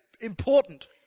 important